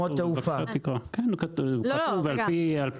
אין